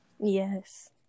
Yes